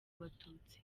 abatutsi